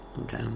okay